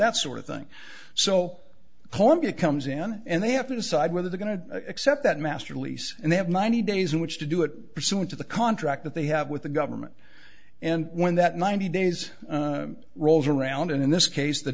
that sort of thing so horribly comes in and they have to decide whether they're going to accept that master lease and they have ninety days in which to do it pursuant to the contract that they have with the government and when that ninety days rolls around and in this case the